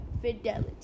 fidelity